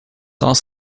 also